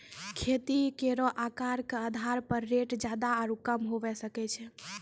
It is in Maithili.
खेती केरो आकर क आधार पर रेट जादा आरु कम हुऐ सकै छै